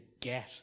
get